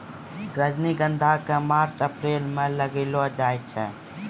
रजनीगंधा क मार्च अप्रैल म लगैलो जाय छै